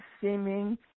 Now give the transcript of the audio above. seeming